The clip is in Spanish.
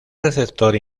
receptor